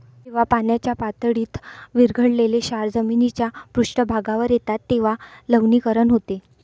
जेव्हा पाण्याच्या पातळीत विरघळलेले क्षार जमिनीच्या पृष्ठभागावर येतात तेव्हा लवणीकरण होते